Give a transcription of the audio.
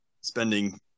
spending